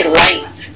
light